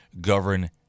govern